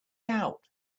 out